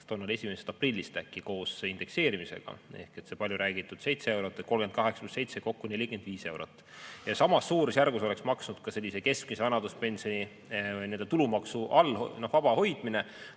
1. aprillist ja koos indekseerimisega. Ehk see palju räägitud 7 eurot, et 38 + 7, kokku 45 eurot. Ja samas suurusjärgus oleks maksnud ka sellise keskmise vanaduspensioni tulumaksuvaba hoidmine,